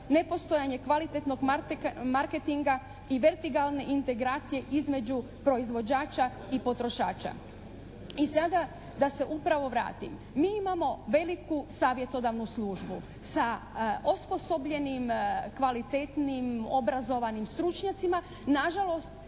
nepostojanje kvalitetnog marketinga i vertikalne integracije između proizvođača i potrošača. I sada da se upravo vratim. Mi imamo veliku savjetodavnu službu sa osposobljenim, kvalitetnim, obrazovanim stručnjacima. Na žalost